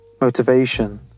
Motivation